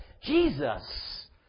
Jesus